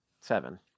Seven